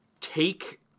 take